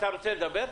אדוני, אתה רוצה לדבר?